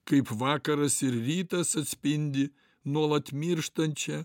kaip vakaras ir vytas atspindi nuolat mirštančią